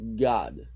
God